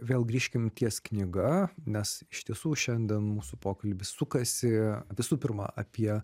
vėl grįžkim ties knyga nes iš tiesų šiandien mūsų pokalbis sukasi visų pirma apie